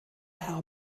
herr